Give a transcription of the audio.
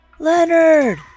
Leonard